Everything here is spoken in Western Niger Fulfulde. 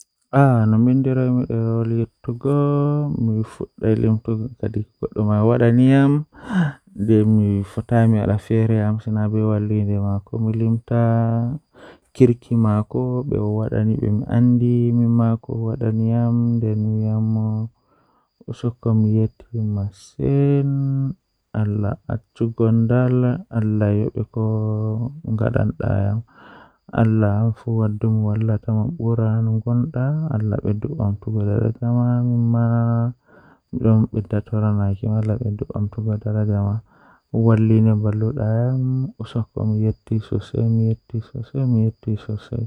No a ekititta Keke So aɗa waawi yejjude, naatude balɗe ngal. Foti hoɗde laawol ngal e seede, ngal ɓuri aɗa waawataa wi'ude. Foti bimbiɗɗude laawol ngal ndi e kaayri e kuuɓu to ndin aɗa waɗi daɗɗo. Aɗa woni, foti beydude ko goɗɗum. So ndiyam foti firti ɗum ko caɗeele ngal, foti njiytee e hoore laawol